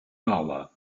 barrois